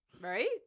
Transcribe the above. Right